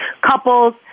couples